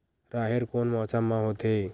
राहेर कोन मौसम मा होथे?